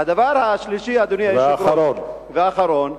והדבר השלישי, אדוני היושב-ראש, והאחרון.